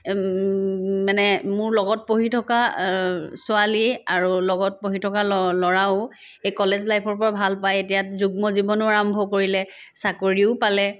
মানে মোৰ লগত পঢ়ি থকা ছোৱালী আৰু লগত পঢ়ি থকা ল ল'ৰাও এই কলেজ লাইফৰ পৰা ভাল পাই এতিয়া যুগ্ম জীৱনো আৰম্ভ কৰিলে চাকৰিও পালে